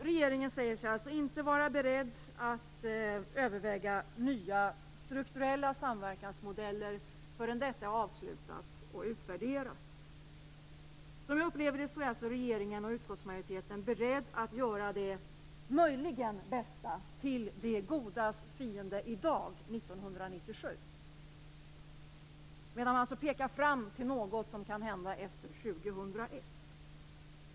Regeringen säger sig inte vara beredd att överväga nya strukturella samverkansmodeller förrän SOCSAM är avslutat och utvärderat. Som jag upplever det är regeringen och utskottsmajoriteten beredda att göra det möjligen bästa till det godas fiende i dag, 1997. Man pekar fram mot något som kan hända efter 2001.